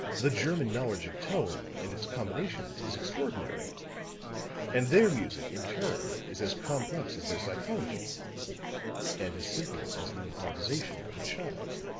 the german knowledge of tone and its combinations is extraordinary and their music in turn is as complex as their psychology and as simple as the improvisation of a child.